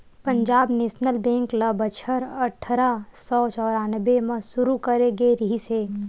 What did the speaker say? Punjab national bank ल बछर अठरा सौ चौरनबे म सुरू करे गे रिहिस हे